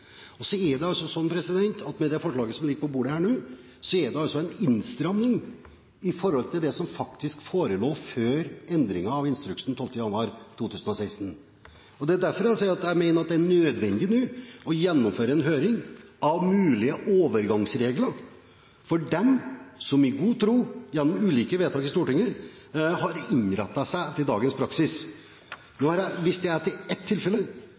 Og med forslaget som ligger på bordet nå, blir det en innstramming i forhold til det som faktisk forelå før endringen av instruksen 12. januar 2016. Det er derfor jeg sier at det nå er nødvendig å gjennomføre en høring av mulige overgangsregler for dem som i god tro – etter ulike vedtak i Stortinget – har innrettet seg etter dagens praksis. Nå viste jeg til ett tilfelle,